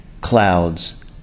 clouds